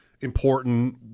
important